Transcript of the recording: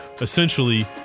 essentially